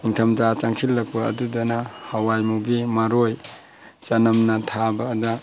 ꯅꯤꯡꯊꯝꯊꯥ ꯆꯪꯁꯤꯜꯂꯛꯄ ꯑꯗꯨꯗꯅ ꯍꯋꯥꯏ ꯃꯨꯕꯤ ꯃꯔꯣꯏ ꯆꯅꯝꯅ ꯊꯥꯕꯗ